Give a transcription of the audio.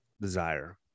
desire